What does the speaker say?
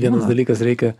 vienas dalykas reikia